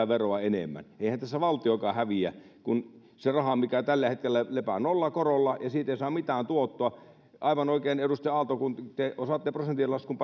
veroa enemmän eihän tässä valtiokaan häviä kun se raha tällä hetkellä lepää nollakorolla ja siitä ei saa mitään tuottoa aivan oikein edustaja aalto te osaatte prosenttilaskun